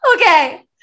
Okay